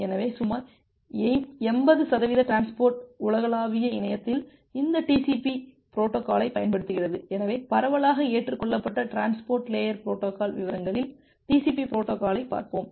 எனவேசுமார் 80 சதவீத டிரான்ஸ்போர்ட் உலகளாவிய இணையத்தில் இந்த டிசிபி பொரோட்டோகால்களைப் பயன்படுத்துகிறது எனவே பரவலாக ஏற்றுக்கொள்ளப்பட்ட டிரான்ஸ்போர்ட் லேயர் பொரோட்டோகால் விவரங்களில் டிசிபி பொரோட்டோகாலைப் பார்ப்போம்